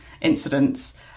incidents